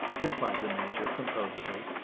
replied the major, composedly.